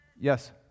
Yes